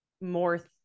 more